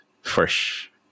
fresh